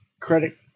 credit